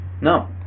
No